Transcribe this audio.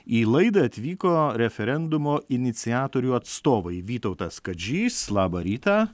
į laidą atvyko referendumo iniciatorių atstovai vytautas kadžys labą rytą